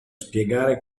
spiegare